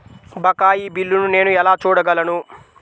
బకాయి బిల్లును నేను ఎలా చూడగలను?